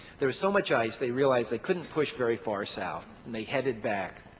there was so much ice they realized they couldn't push very far south and they headed back.